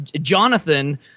Jonathan